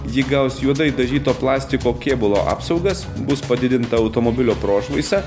ji gaus juodai dažyto plastiko kėbulo apsaugas bus padidinta automobilio prošvaisa